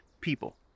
people